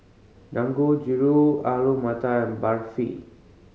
Dangojiru Alu Matar and Barfi